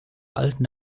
alten